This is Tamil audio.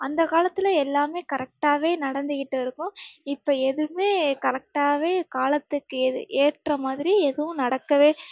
அந்தக் காலத்தில் எல்லாம் கரெக்டாக நடந்துக்கிட்டு இருக்கும் இப்போ எதுவுமே கரெக்டாக காலத்துக்கு எது ஏற்றமாதிரி எதுவும் நடக்கவே